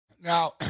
Now